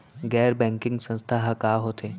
गैर बैंकिंग संस्था ह का होथे?